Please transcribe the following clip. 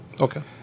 Okay